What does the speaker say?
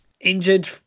injured